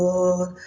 Lord